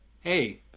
hey